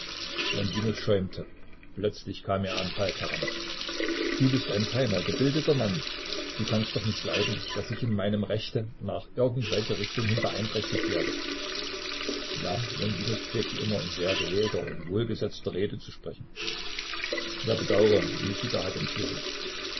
longinus schäumte plötzlich kam er an falk heran du bist ein feiner gebildeter mann du kannst doch nicht leiden daß ich in meinem rechte nach irgend welcher richtung hin beeinträchtigt werde ja longinus pflegte immer in sehr gewählter und wohlgesetzter rede zu sprechen ja bedaure mikita hat den schlüssel